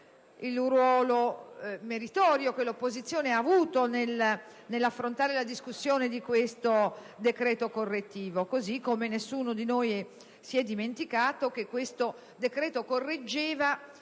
il ruolo meritorio che l'opposizione ha avuto nell'affrontare la discussione di questo decreto correttivo. Così come nessuno di noi si è dimenticato che questo decreto correggeva